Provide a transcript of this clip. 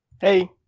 Hey